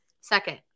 Second